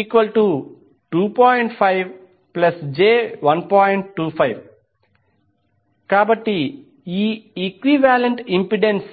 25 కాబట్టి equivalent impedance